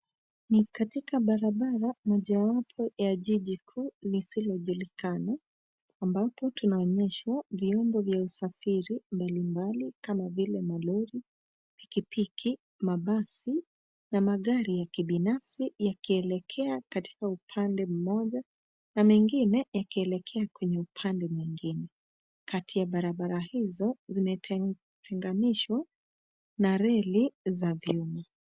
Ni katika barabara mojawapo ya jiji kuu lisilojulikana. Ambapo tunaonyeshwa vyombo vya usafiri mbali mbali, kama vile malori, pikipiki, mabasi ,na magari ya kibinafsi yakielekea katika upande mmoja, na mengine yakielekea kwenye upande mwingine. Kati ya barabara hizo, zimetenganishwa na reli za vyuma.